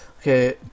Okay